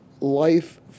life